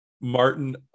Martin